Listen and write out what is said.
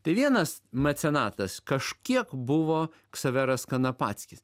tai vienas mecenatas kažkiek buvo ksaveras kanapackis